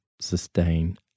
sustain